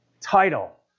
title